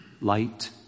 light